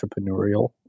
entrepreneurial